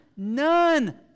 None